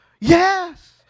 Yes